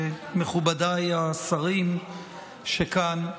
מכובדיי השרים שכאן,